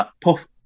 puff